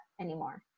anymore